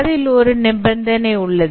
அதில் ஒரு நிபந்தனை உள்ளது